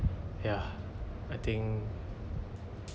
ya I think yeah